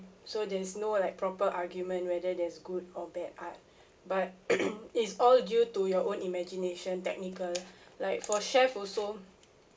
so there's no like proper argument whether there's good or bad art but it's all due to your own imagination technical like for chef also